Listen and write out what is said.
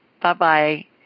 Bye-bye